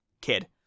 kid